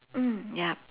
mm ya